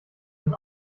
den